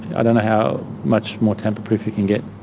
i don't know how much more tamper-proof you can get.